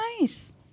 nice